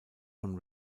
von